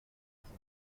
cesta